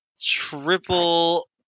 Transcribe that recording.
triple